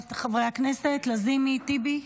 חברי הכנסת לזימי, טיבי?